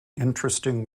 interesting